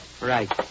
Right